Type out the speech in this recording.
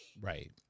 Right